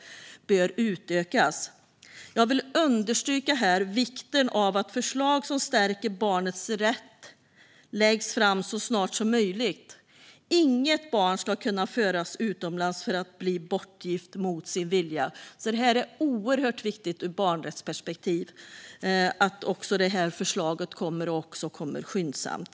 Jag vill understryka vikten av att förslag som stärker barnets rätt läggs fram så snart som möjligt. Inget barn ska kunna föras utomlands för att bli bortgift mot sin vilja. Det är oerhört viktigt ur ett barnperspektiv att ett förslag kommer skyndsamt.